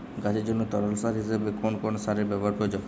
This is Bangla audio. গাছের জন্য তরল সার হিসেবে কোন কোন সারের ব্যাবহার প্রযোজ্য?